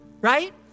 Right